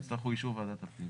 יצטרכו אישור ועדת הפנים.